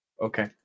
Okay